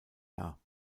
dar